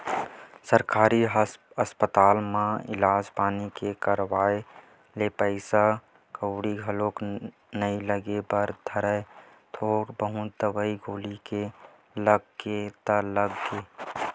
सरकारी अस्पताल म इलाज पानी के कराए ले पइसा कउड़ी घलोक नइ लगे बर धरय थोक बहुत दवई गोली के लग गे ता लग गे